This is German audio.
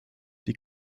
die